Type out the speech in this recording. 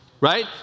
right